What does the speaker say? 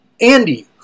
Andy